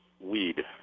Weed